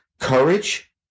Courage